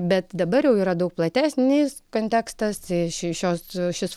bet dabar jau yra daug platesnis kontekstas iš šios šis